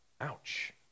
ouch